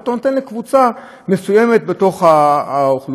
שאתה נותן לקבוצה מסוימת באוכלוסייה,